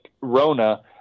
Rona